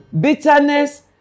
bitterness